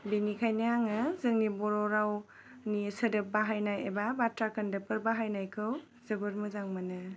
बिनिखायनो आङो जोंनि बर' रावनि सोदोब बाहायनाय एबा बाथ्रा खोन्दोबफोर बाहायनायखौ जोबोद मोजां मोनो